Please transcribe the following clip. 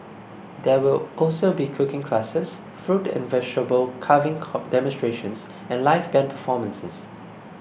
there will also be cooking classes fruit and vegetable carving demonstrations and live band performances